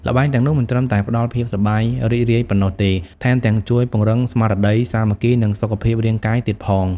ល្បែងទាំងនោះមិនត្រឹមតែផ្តល់ភាពសប្បាយរីករាយប៉ុណ្ណោះទេ ថែមទាំងជួយពង្រឹងស្មារតីសាមគ្គី និងសុខភាពរាងកាយទៀតផង ។